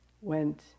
went